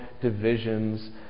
divisions